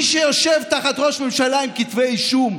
מי שיושב תחת ראש ממשלה עם כתבי אישום,